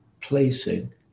placing